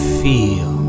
feel